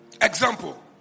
Example